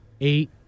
eight